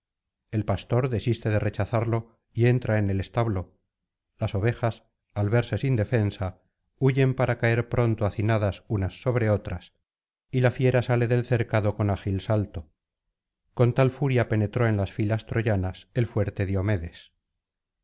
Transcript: el pastor desiste de rechazarlo y entra en el establo las ovejas al verse sin defensa huyen para caer pronto hacinadas unas sobre otras y la fiera sale del cercado con ágil salto con tal furia penetró en las filas troyanas el fuerte diomedes